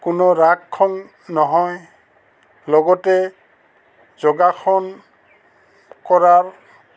কোনো ৰাগ খং নহয় লগতে যোগাসন কৰাৰ